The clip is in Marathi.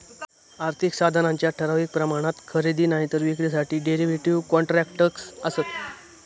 आर्थिक साधनांच्या ठराविक प्रमाणात खरेदी नायतर विक्रीसाठी डेरीव्हेटिव कॉन्ट्रॅक्टस् आसत